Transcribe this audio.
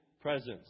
presence